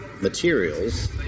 materials